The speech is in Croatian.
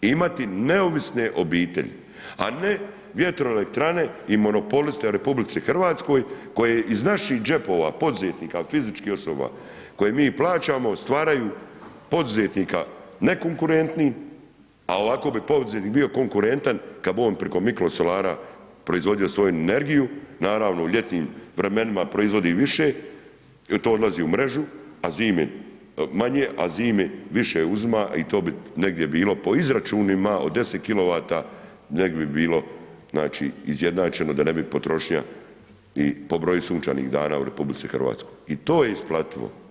Imati neovisne obitelji a ne vjetroelektrane i monopoliste u RH koje iz naših džepova, poduzetnika, fizičkih osoba, koje mi plaćamo, stvaraju poduzetnika nekonkurentnim a ovako bi poduzetnik bio konkurentan kad bi on preko mikrosolara proizvodu svoju energiju, naravno u ljetnim vremenima proizvodi više, to odlazi u mrežu a zimi manje, a zimi više uzima i to bi negdje bilo po izračunima od 10 kW, negdje bi bilo izjednačeno ... potrošnja po broju sunčanih dana u RH i to je isplativo.